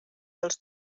dels